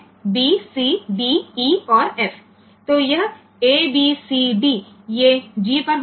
તો આ a b c d આ g અને h અને g અને p પર હશે